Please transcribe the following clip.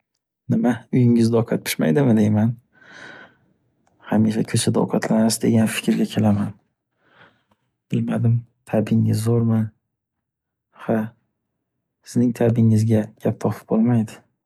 Nima uyingizda ovqat pishmaydimi deyman. Hamisha ko’chada ovqatlanasiz degan fikrga kelaman. Bilmadim, ta’bingiz zo’rmi? Ha, sizning taabingizga gap topib bo’lmaydi.